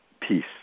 peace